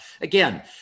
Again